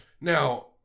Now